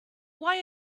why